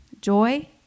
Joy